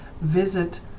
visit